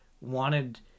wanted